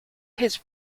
his